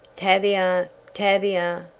tavia! tavia!